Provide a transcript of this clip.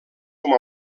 com